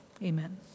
Amen